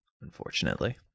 unfortunately